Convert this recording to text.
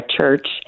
church